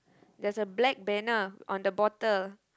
there's a black banner on the bottle